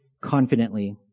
confidently